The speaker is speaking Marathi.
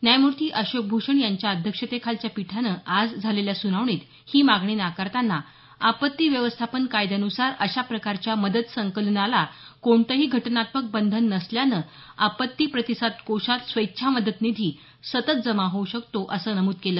न्यायमूर्ती अशोक भूषण यांच्या अध्यक्षतेखालच्या पीठानं आज झालेल्या सुनावणीत ही मागणी नाकारताना आपत्ती व्यवस्थापन कायद्यानुसार अशा प्रकारच्या मदत संकलनाला कोणतंही घटनात्मक बंधन नसल्यानं आपत्ती प्रतिसाद कोषात स्वेच्छा मदत निधी सतत जमा होऊ शकतो असं नमूद केलं